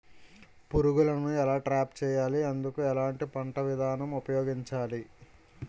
పురుగులను ఎలా ట్రాప్ చేయాలి? అందుకు ఎలాంటి పంట విధానం ఉపయోగించాలీ?